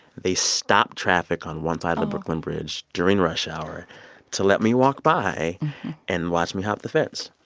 they stop traffic on one side of the brooklyn bridge during rush hour to let me walk by and watch me hop the fence.